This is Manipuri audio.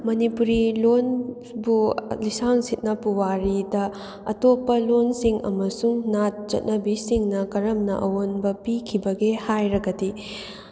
ꯃꯅꯤꯄꯨꯔꯤ ꯂꯣꯟꯕꯨ ꯂꯤꯁꯥꯡ ꯁꯤꯠꯅ ꯄꯨꯋꯥꯔꯤꯗ ꯑꯇꯣꯞꯄ ꯂꯣꯟꯁꯤꯡ ꯑꯃꯁꯨꯡ ꯅꯥꯠ ꯆꯠꯅꯕꯤꯁꯤꯡꯅ ꯀꯔꯝꯅ ꯑꯑꯣꯟꯕ ꯄꯤꯈꯤꯕꯒꯦ ꯍꯥꯏꯔꯒꯗꯤ